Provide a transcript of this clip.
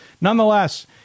nonetheless